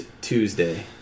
Tuesday